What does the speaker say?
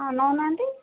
ହଁ ନେଉନାହାନ୍ତି